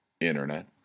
internet